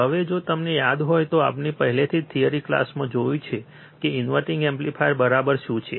હવે જો તમને યાદ હોય તો આપણે પહેલેથી જ થિયરી ક્લાસમાં જોયું છે કે ઇન્વર્ટીંગ એમ્પ્લીફાયર બરાબર શું છે